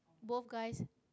both guys